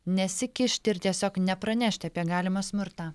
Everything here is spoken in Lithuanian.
nesikišti ir tiesiog nepranešti apie galimą smurtą